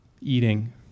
eating